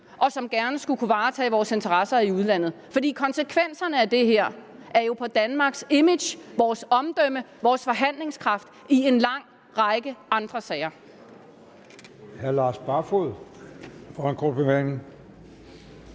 og som gerne skulle kunne varetage vores interesser i udlandet. For konsekvenserne af det her er jo for Danmarks image, vores omdømme, vores forhandlingskraft i en lang række andre sager.